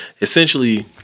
Essentially